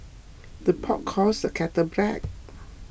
the pot calls the kettle black